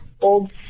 old